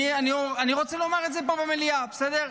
אני רוצה לומר את זה פה במליאה, בסדר?